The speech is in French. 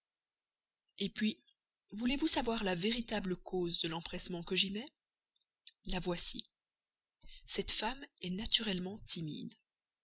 et puis voulez-vous savoir la véritable cause de l'espèce d'empressement que j'y mets la voici cette femme est naturellement timide